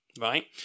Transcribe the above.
right